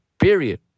period